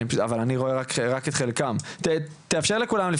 אבל אני רוצה לשמוע אותך מהמיזם החשוב שנקרא "להאיר את עומר",